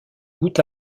bout